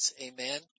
Amen